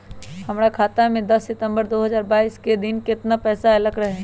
हमरा खाता में दस सितंबर दो हजार बाईस के दिन केतना पैसा अयलक रहे?